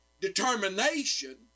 determination